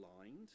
blind